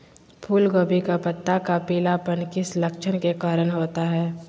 फूलगोभी का पत्ता का पीलापन किस लक्षण के कारण होता है?